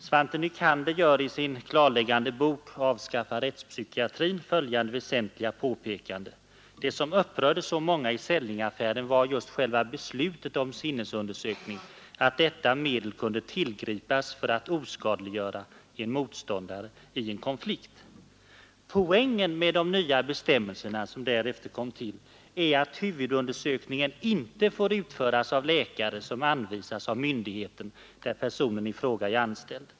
Svante Nycander gör i sin klarläggande bok Avskaffa rättspsykiatrin följande väsentliga påpekande: ”Det som upprörde så många i Sellingaffären var just själva beslutet om sinnesundersökning, att detta medel kunde tillgripas för att oskadliggöra en motståndare i en konflikt.” Poängen med de nya bestämmelser som därefter kom till är att huvudundersökningen inte får utföras av läkare som anvisas av myndigheten där personen i fråga är anställd.